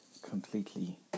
completely